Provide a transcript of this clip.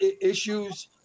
issues